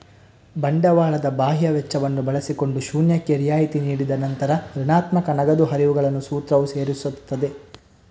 ಬಂಡವಾಳದ ಬಾಹ್ಯ ವೆಚ್ಚವನ್ನು ಬಳಸಿಕೊಂಡು ಶೂನ್ಯಕ್ಕೆ ರಿಯಾಯಿತಿ ನೀಡಿದ ನಂತರ ಋಣಾತ್ಮಕ ನಗದು ಹರಿವುಗಳನ್ನು ಸೂತ್ರವು ಸೇರಿಸುತ್ತದೆ